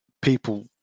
people